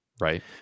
right